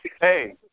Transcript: Hey